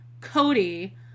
Cody